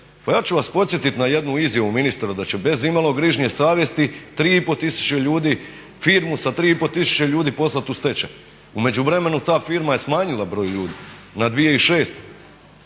pa ja ću vas podsjetiti na jednu izjavu ministra da će bez imalo grižnje savjesti 3,5 tisuće ljudi firmu sa 3,5 tisuće ljudi poslati u stečaj. U međuvremenu ta firma je smanjila broj ljudi na 2,6.